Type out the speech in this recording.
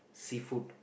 seafood